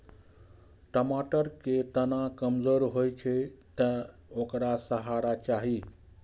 टमाटर के तना कमजोर होइ छै, तें ओकरा सहारा चाही